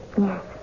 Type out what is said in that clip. Yes